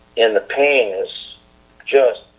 and the pain is just,